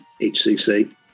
HCC